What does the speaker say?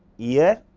year,